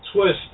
twist